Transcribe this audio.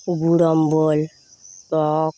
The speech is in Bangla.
গুঁড়অম্বল টক